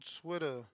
Twitter